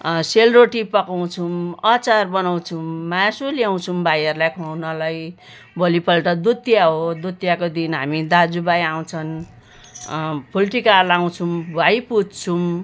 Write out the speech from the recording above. सेलरोटी पकाउँछौँ अचार बनाउँछौँ मासु ल्याउँछौँ भाइहरूलाई खुवाउनलाई भोलिपल्ट दुतिया हो दुतियाको दिन हामी दाजुभाइ आउँछन् फुलटिका लगाउँछौँ भाइ पुज्छौँ